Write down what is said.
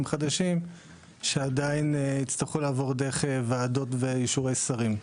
חדשים שעדיין יצטרכו לעבור דרך וועדות ואישורי שרים.